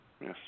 yes